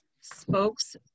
Spokes